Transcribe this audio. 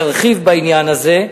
ירחיב בעניין הזה,